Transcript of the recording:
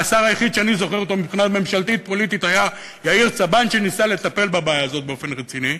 והשר היחיד שאני זוכר שניסה לטפל בבעיה הזאת באופן רציני,